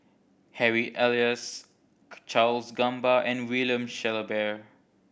Harry Elias Charles Gamba and William Shellabear